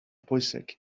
pwysig